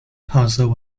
puzzle